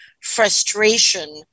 frustration